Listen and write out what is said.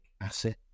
asset